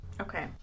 Okay